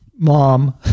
mom